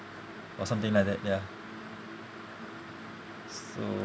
or something like that ya so